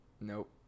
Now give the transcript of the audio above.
nope